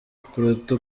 kuruta